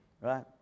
right